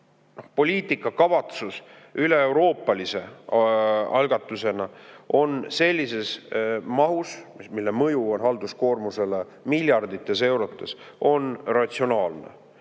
poliitikakavatsus üleeuroopalise algatusena sellises mahus, mille mõju halduskoormusele on miljardites eurodes, ratsionaalne?